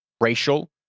racial